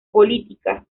política